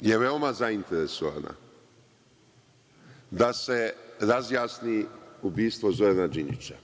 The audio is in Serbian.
je veoma zainteresovana da se razjasni ubistvo Zorana Đinđića.